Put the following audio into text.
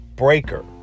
Breaker